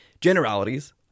generalities